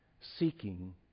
seeking